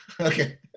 okay